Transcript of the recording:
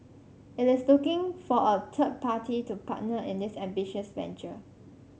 it is looking for a third party to partner in this ambitious venture